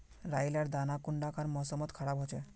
राई लार दाना कुंडा कार मौसम मोत खराब होचए?